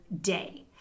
day